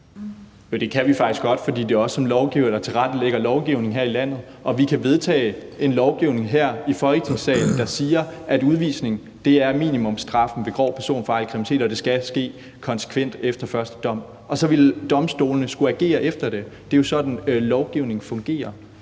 Det kan vi faktisk godt, for det er som os som lovgivere, der tilrettelægger lovgivningen her i landet, og vi kan vedtage en lovgivning her i Folketingssalen, der slår fast, at udvisning er minimumsstraffen ved grov personfarlig kriminalitet, og at det skal ske konsekvent efter første dom, og så vil domstolene skulle agere efter det. Det er jo sådan, lovgivning fungerer: